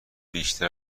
بیشتر